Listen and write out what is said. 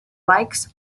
likes